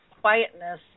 quietness